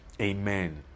Amen